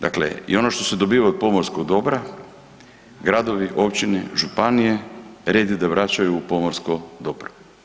Dakle, i ono što se dobiva od pomorskog dobra, gradovi, općine, županije red je da vraćaju u pomorsko dobro.